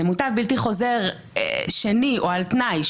זה מוטב בלתי חוזר שני או על תנאי,